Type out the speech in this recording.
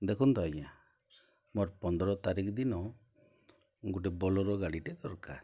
ଦେଖୁନ୍ ତ ଆଜ୍ଞା ମୋର୍ ପନ୍ଦ୍ର ତାରିଖ୍ ଦିନ ଗୁଟେ ବୋଲରୋ ଗାଡ଼ିଟେ ଦର୍କାର୍